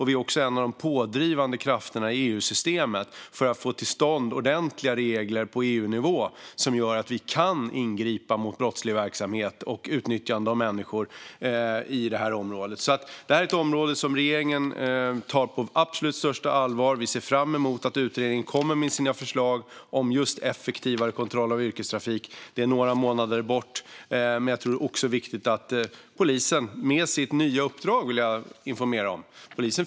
Vi är också en av de pådrivande krafterna i EU-systemet för att få till stånd ordentliga regler på EU-nivå så att vi kan ingripa mot brottslig verksamhet och utnyttjande av människor på det här området. Det är ett område som regeringen tar på absolut största allvar. Vi ser fram emot att utredningen ska komma med sina förslag om just effektivare kontroll av yrkestrafik. Det är några månader bort. Polisen har också fått ett nytt uppdrag på trafikområdet som jag vill informera om.